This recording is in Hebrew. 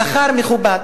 שכר מכובד.